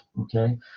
okay